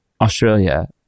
australia